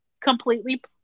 completely